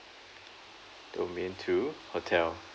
domain two hotel